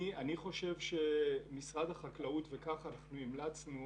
אני חושב שמשרד החקלאות וכך אנחנו המלצנו